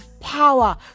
power